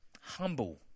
Humble